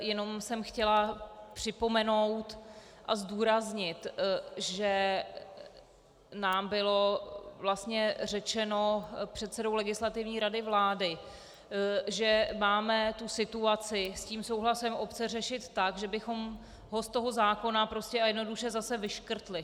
Jenom jsem chtěla připomenout a zdůraznit, že nám bylo vlastně řečeno předsedou Legislativní rady vlády, že máme situaci s tím souhlasem obce řešit tak, že bychom ho ze zákona prostě a jednoduše zase vyškrtli.